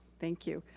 thank you.